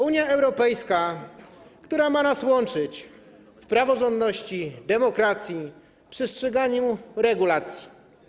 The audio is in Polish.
Unia Europejska, która ma nas łączyć w praworządności, demokracji, przestrzeganiu regulacji.